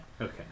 Okay